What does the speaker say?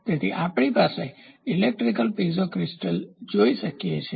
તેથી આપણે અહીં ઇલેક્ટ્રિકલ પીઝો ક્રિસ્ટલ જોઈ શકીએ છીએ